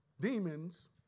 demons